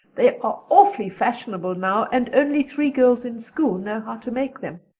they are awfully fashionable now and only three girls in school know how to make them.